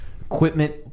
equipment